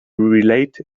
relate